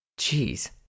Jeez